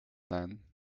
then